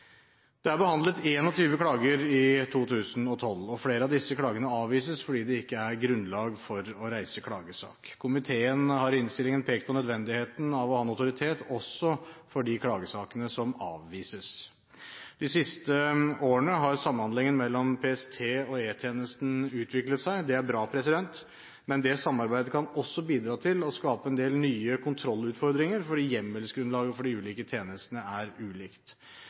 Det er behandlet 21 klager i 2012, og flere av disse klagene avvises fordi det ikke er grunnlag for å reise klagesak. Komiteen har i innstillingen pekt på nødvendigheten av å ha notoritet også for de klagesakene som avvises. De siste årene har samhandlingen mellom PST og E-tjenesten utviklet seg. Det er bra, men det samarbeidet kan også bidra til å skape en del nye kontrollutfordringer fordi hjemmelsgrunnlaget for de ulike tjenestene er ulikt.